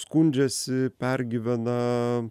skundžiasi pergyvena